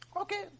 Okay